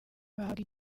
bahabwa